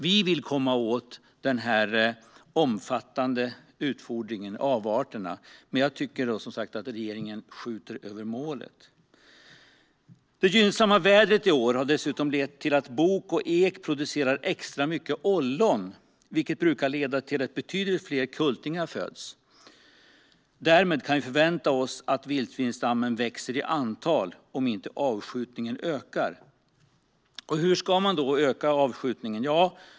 Vi vill komma åt den omfattande utfodringen, avarterna. Men jag tycker som sagt att regeringen skjuter över målet. Det gynnsamma vädret i år har dessutom lett till att bok och ek producerar extra mycket ollon, vilket brukar leda till att betydligt fler kultingar föds. Därmed kan vi förvänta oss att vildsvinsstammen växer i antal om inte avskjutningen ökar. Hur ska man då öka avskjutningen?